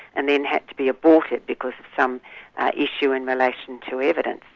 and then had to be aborted because of some issue in relation to evidence.